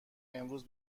امروز